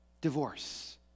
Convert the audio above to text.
divorce